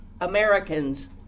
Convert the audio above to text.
Americans